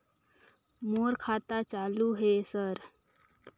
मोर खाता चालु हे सर?